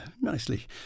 nicely